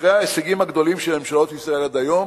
אחרי ההישגים הגדולים של ממשלות ישראל עד היום,